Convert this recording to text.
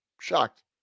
shocked